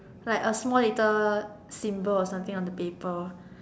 like a small little symbol or something on the paper